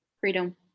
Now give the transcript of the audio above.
Freedom